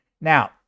Now